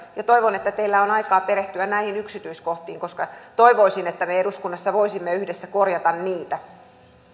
toivon että teillä on aikaa perehtyä näihin yksityiskohtiin koska toivoisin että me eduskunnassa voisimme yhdessä korjata niitä